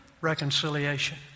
reconciliation